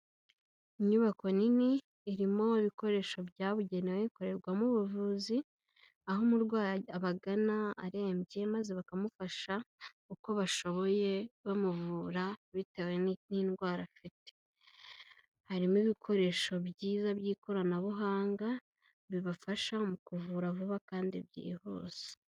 Inyubako nini, irimo ibikoresho byabugenewe ikorerwamo ubuvuzi, aho umurwayi abagana arembye maze bakamufasha uko bashoboye bamuvura bitewe n'indwara afite, harimo ibikoresho byiza by'ikoranabuhanga bibafasha mu kuvura vuba kandi byihuse.